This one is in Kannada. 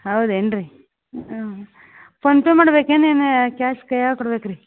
ಹೌದೇನ್ರಿ ಹ್ಞೂ ಫೋನ್ಪೇ ಮಾಡ್ಬೇಕೇನು ಏನು ಕ್ಯಾಶ್ ಕೈಯಾಗೆ ಕೊಡ್ಬೇಕ ರೀ